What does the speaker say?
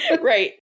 Right